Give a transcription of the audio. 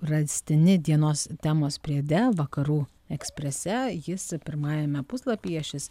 rastini dienos temos priede vakarų eksprese jis pirmajame puslapyje šis